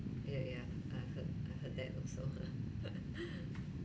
yeah yeah i heard I heard that also